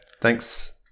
Thanks